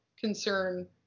concern